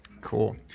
Cool